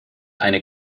eine